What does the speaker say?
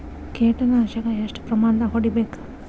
ಕೇಟ ನಾಶಕ ಎಷ್ಟ ಪ್ರಮಾಣದಾಗ್ ಹೊಡಿಬೇಕ?